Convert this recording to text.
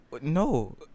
no